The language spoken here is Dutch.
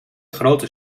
grote